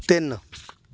ਤਿੰਨ